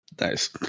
Nice